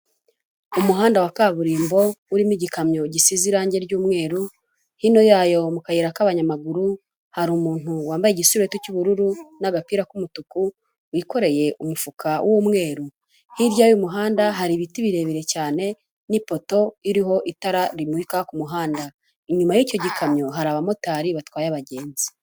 Umuhanda wa kaburimbo urimo igikamyo gisize irangi ry'umweru hino yayo mu kayira k'abanyamaguru hari umuntu wambaye igisarubeti cy'ubururu n'agapira k'umutuku wikoreye umufuka w'umweru hirya y'umuhanda hari ibiti birebire cyane n'ipoto iriho itara rimurika ku muhanda inyuma y'icyo gikamyo hari abamotari batwaye abagenzi.